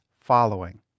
following